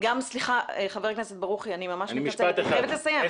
גם סליחה ח"כ ברוכי, אני מתנצלת אני חייבת לסיים.